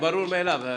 זה ברור מאליו.